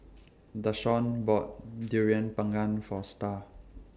Dashawn bought Durian Pengat For STAR